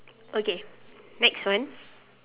okay next one